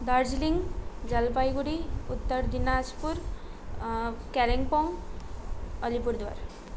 Darjeeling Jalpaiguri Uttar Dinajpur Kalimpong Alipurduar